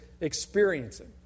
experiencing